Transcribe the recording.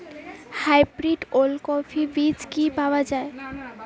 Hybrid ওলকফি বীজ কি পাওয়া য়ায়?